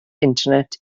internet